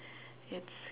it's